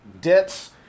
debts